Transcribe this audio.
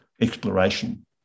exploration